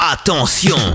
Attention